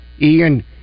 Ian